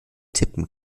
tippen